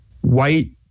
White